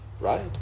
right